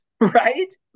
Right